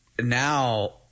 now